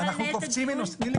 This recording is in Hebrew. נתונים.